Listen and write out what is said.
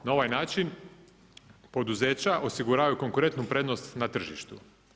Na ovaj način poduzeća osiguravaju konkurentnu prednost na tržištu.